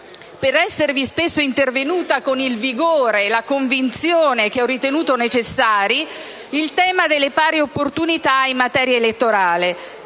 per esservi spesso intervenuta con il vigore e la convinzione che ho ritenuto necessari, il tema delle pari opportunità in materia elettorale.